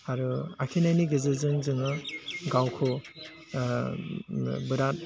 आरो आखिनायनि गेजेरजों जोङो गावखौ बिराद